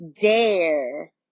dare